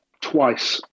twice